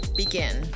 begin